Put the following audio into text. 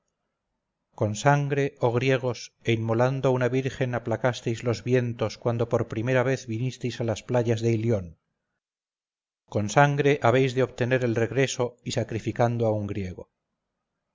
con sangre oh griegos e inmolando una virgen aplacasteis los vientos cuando por primera vez vinisteis a las playas de ilión con sangre habéis de obtener el regreso y sacrificando a un griego